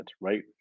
right